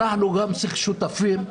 אנחנו גם צריכים להיות שותפים.